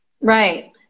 Right